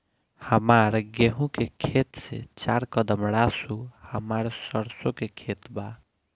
हमार गेहू के खेत से चार कदम रासु हमार सरसों के खेत बा